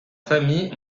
familles